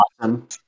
awesome